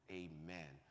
amen